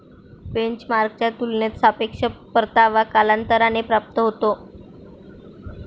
बेंचमार्कच्या तुलनेत सापेक्ष परतावा कालांतराने प्राप्त होतो